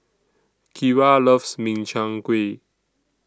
Kyra loves Min Chiang Kueh